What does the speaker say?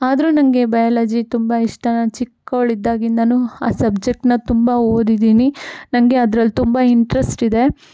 ಆದರೂ ನನಗೆ ಬಯಲಜಿ ತುಂಬ ಇಷ್ಟ ನಾನು ಚಿಕ್ಕೋಳು ಇದ್ದಾಗಿಂದನು ಆ ಸಬ್ಜೆಕ್ಟ್ನ ತುಂಬ ಓದಿದ್ದೀನಿ ನನಗೆ ಅದ್ರಲ್ಲಿ ತುಂಬ ಇಂಟ್ರಸ್ಟ್ ಇದೆ